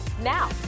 now